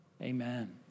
Amen